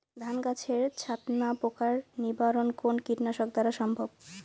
ধান গাছের ছাতনা পোকার নিবারণ কোন কীটনাশক দ্বারা সম্ভব?